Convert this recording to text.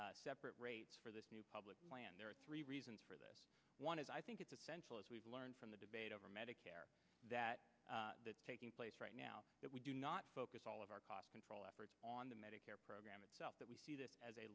d separate rates for this new public plan there are three reasons for this one is i think it's essential as we've learned from the debate over medicare that taking place right now that we do not focus all of our cost control efforts on the medicare program itself that we see this as a